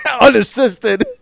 Unassisted